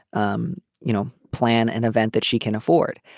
um you know, plan an event that she can afford.